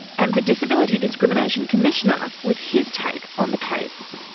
and the disability discrimination commissioner, with his take on the case.